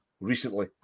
recently